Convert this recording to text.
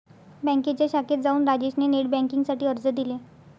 बँकेच्या शाखेत जाऊन राजेश ने नेट बेन्किंग साठी अर्ज दिले